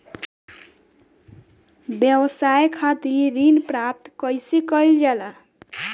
व्यवसाय खातिर ऋण प्राप्त कइसे कइल जाला?